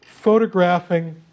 photographing